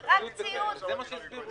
לא רלוונטי בשביל העמותות.